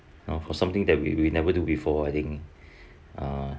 uh for something that we will never do before I think uh